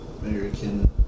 American